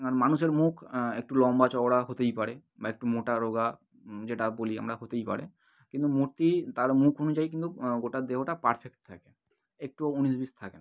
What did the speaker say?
এবার মানুষের মুখ একটু লম্বা চওড়া হতেই পারে বা একটু মোটা রোগা যেটা বলি আমরা হতেই পারে কিন্তু মূর্তি তার মুক অনুযায়ী কিন্তু গোটা দেহটা পারফেক্ট থাকে একটুও উনিশ বিশ থাকে না